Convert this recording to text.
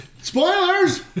Spoilers